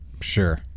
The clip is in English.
Sure